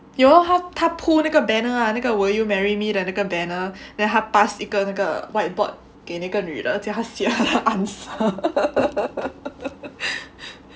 you know 他铺那个 banner lah 那个 will you marry me 的那个 banner then 他 pass 一个那个 whiteboard 给那个女叫她写她的 answer